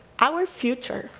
our future,